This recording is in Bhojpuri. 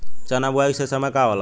चना बुआई के सही समय का होला?